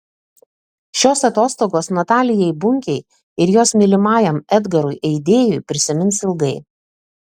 šios atostogos natalijai bunkei ir jos mylimajam edgarui eidėjui prisimins ilgai